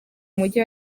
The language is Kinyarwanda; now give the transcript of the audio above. mujyi